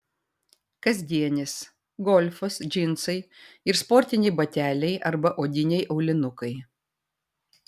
kasdienis golfas džinsai ir sportiniai bateliai arba odiniai aulinukai